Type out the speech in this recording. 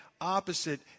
opposite